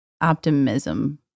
optimism